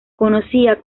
conocía